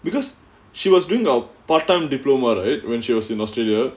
because she was doing a part time diploma right when she was in australia